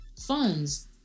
funds